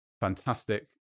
fantastic